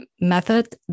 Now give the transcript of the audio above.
method